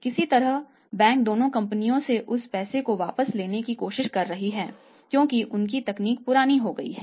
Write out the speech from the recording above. किसी तरह बैंक दोनों कंपनियों से उस पैसे को वापस लेने की कोशिश कर रहे हैं क्योंकि उनकी तकनीक पुरानी हो गई है